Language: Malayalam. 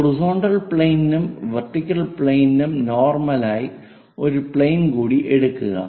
ഹൊറിസോണ്ടൽ പ്ലെയിനിനും വെർട്ടിക്കൽ പ്ലെയിനിനും നോർമലായി ഒരു പ്ലെയിൻ കൂടി എടുക്കുക